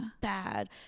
bad